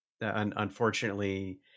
unfortunately